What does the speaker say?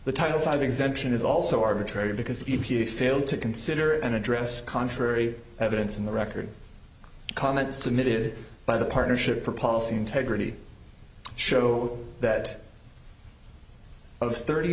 the title five exemption is also arbitrary because e p a failed to consider and address contrary evidence in the record comments submitted by the partnership for policy integrity show that of thirty